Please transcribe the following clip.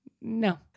no